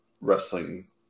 Wrestling